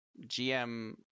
GM